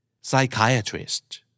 Psychiatrist